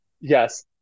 Yes